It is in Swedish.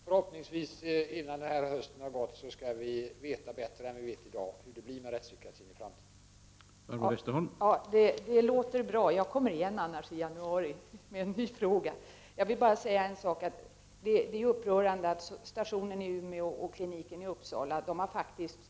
Förhoppningsvis skall vi innan den här hösten ha gått till ända veta bättre än i dag hur det blir med rättspsykiatrin i framtiden.